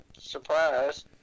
Surprise